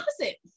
opposite